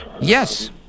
Yes